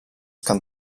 kann